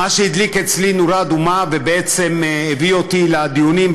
אבל מה שהדליק אצלי נורה אדומה ובעצם הביא אותי לדיונים,